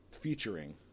featuring